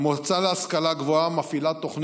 המועצה להשכלה גבוהה מפעילה תוכנית